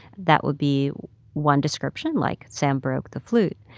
that would be one description, like, sam broke the flute.